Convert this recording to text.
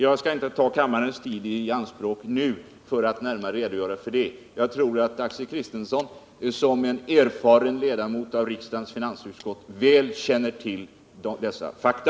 Jag skall inte ta kammarens tid i anspråk för att närmare redogöra för det nu, för jag tror att Axel Kristiansson som erfaren ledamot av riksdagens finansutskott väl känner till de flesta fakta.